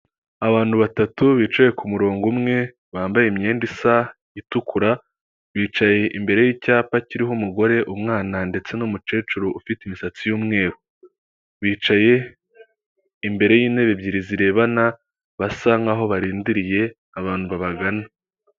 Iki gikoresho cyifashishwa mu kuzimya inkongi y'umuriro ,iki gikoresho ahenshi kiba kiri mu nzu nini, inyubako nini cyane ku buryo ifashwe n'umuriro byakwifashishwa kugira ngo bayikumire. Iki gikoresho ni cyiza kuko kirinda abaturage ndetse n'ibikorwa remezo byabo.